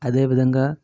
అదే విధంగా